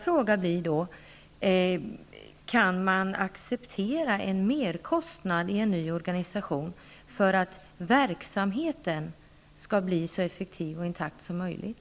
Går det att acceptera en merkostnad i en ny organisation för att verksamheten skall bli så effektiv och intakt som möjligt?